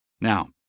Now